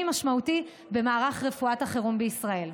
משמעותי במערך רפואת החירום בישראל.